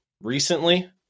recently